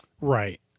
Right